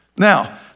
Now